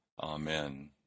Amen